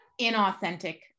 inauthentic